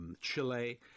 Chile